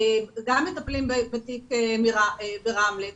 מטפלת במה שקרה ברמלה,